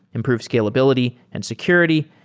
improve scalability and security,